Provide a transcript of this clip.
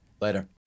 Later